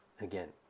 Again